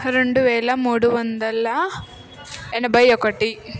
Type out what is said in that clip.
రెండు వేల మూడు వందల ఎనభై ఒకటి